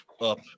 up